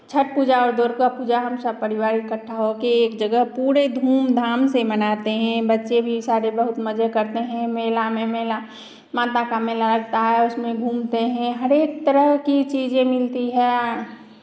छठ पूजा और दुर्गा पूजा हमसब परिवार इकट्ठा हो के एक जगह पूरे धूमधाम से मनाते हैं बच्चे भी सारे बहुत मज़े करते हैं मेला में मेला माता का मेला लगता है उसमें घूमते हैं हरेक तरह की चीज़ें मिलती है